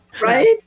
Right